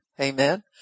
Amen